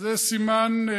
זה סימן,